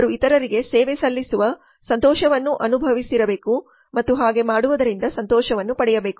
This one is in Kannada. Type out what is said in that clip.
ಅವರು ಇತರರಿಗೆ ಸೇವೆ ಸಲ್ಲಿಸುವ ಸಂತೋಷವನ್ನು ಅನುಭವಿಸಿರಬೇಕು ಮತ್ತು ಹಾಗೆ ಮಾಡುವುದರಿಂದ ಸಂತೋಷವನ್ನು ಪಡೆಯಬೇಕು